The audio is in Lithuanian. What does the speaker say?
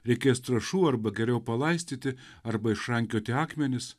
reikės trąšų arba geriau palaistyti arba išrankioti akmenis